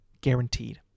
guaranteed